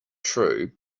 true